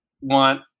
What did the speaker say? want